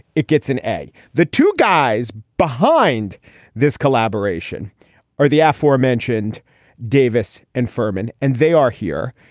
it gets an a. the two guys behind this collaboration are the aforementioned davis and furman, and they are here.